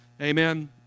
Amen